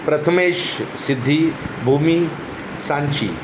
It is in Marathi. प्रथमेश सिद्धी भूमी सांची